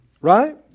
right